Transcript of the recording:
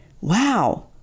wow